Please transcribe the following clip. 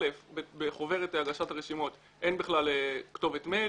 א', בחוברת הגשת הרשימות אין בכלל כתובת מייל.